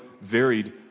varied